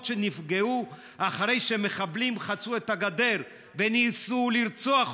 שנפגעו אחרי שמחבלים חצו את הגדר וניסו לרצוח אותם.